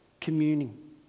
communing